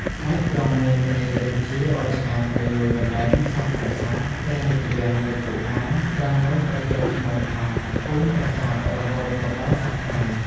ស្ដេចទ្រង់មានព្រះរាជបញ្ជាឲ្យឆ្ការព្រៃមួយកន្លែង សង់ប្រាសាទ ព្រះរាជវាំង និងគុហា ត្រង់នោះក៏ជាប់ឈ្មោះថា ភូមិប្រាសាទ រហូតមកដល់សព្វថ្ងៃ ។